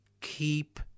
keep